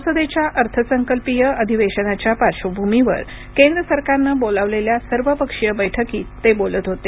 संसदेच्या अर्थसंकल्पीय अधिवेशनाच्या पार्श्वभूमीवर केंद्र सरकारनं बोलावलेल्या सर्वपक्षीय बैठकीत ते बोलत होते